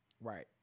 Right